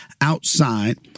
outside